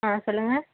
ஆ சொல்லுங்கள்